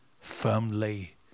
firmly